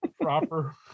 proper